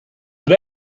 that